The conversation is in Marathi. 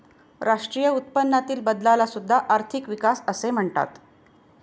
राष्ट्रीय उत्पन्नातील बदलाला सुद्धा आर्थिक विकास असे म्हणतात